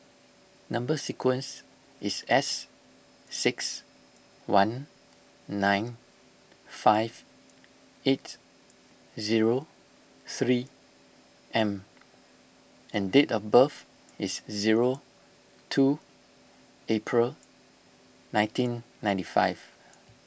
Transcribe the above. Number Sequence is S six one nine five eight zero three M and date of birth is zero two April nineteen ninety five